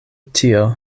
tio